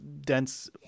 dense